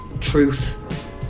truth